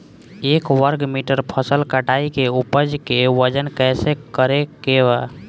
एक वर्ग मीटर फसल कटाई के उपज के वजन कैसे करे के बा?